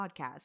podcast